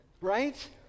right